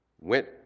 went